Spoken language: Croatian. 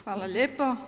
Hvala lijepo.